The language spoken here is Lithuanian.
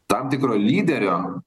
tam tikro lyderio